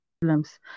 problems